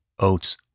oats